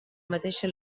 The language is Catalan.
mateixa